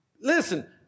Listen